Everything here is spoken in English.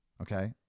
Okay